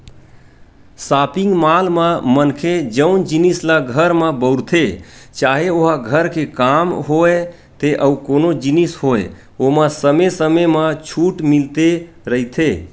shopping mall म मनखे जउन जिनिस ल घर म बउरथे चाहे ओहा घर के काम होय ते अउ कोनो जिनिस होय ओमा समे समे म छूट मिलते रहिथे